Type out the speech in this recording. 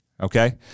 okay